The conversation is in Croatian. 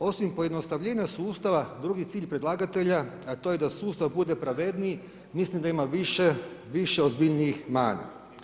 Osim pojednostavljenja sustava, drugi cilj predlagatelja a to je da sustav bude pravedniji mislim da ima više ozbiljnijih manja.